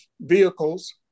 vehicles